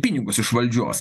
pinigus iš valdžios